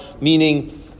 meaning